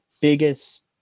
biggest